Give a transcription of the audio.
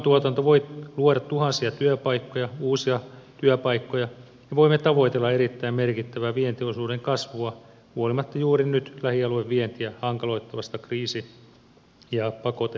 ruuantuotanto voi luoda tuhansia uusia työpaikkoja ja me voimme tavoitella erittäin merkittävää vientiosuuden kasvua huolimatta juuri nyt lähialuevientiä hankaloittavasta kriisi ja pakotetilanteesta